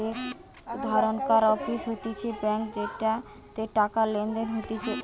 এক ধরণকার অফিস হতিছে ব্যাঙ্ক যেটাতে টাকা লেনদেন হতিছে